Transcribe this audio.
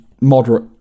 moderate